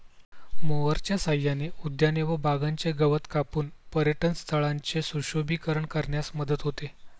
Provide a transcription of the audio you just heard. मोअरच्या सहाय्याने उद्याने व बागांचे गवत कापून पर्यटनस्थळांचे सुशोभीकरण करण्यास मदत होते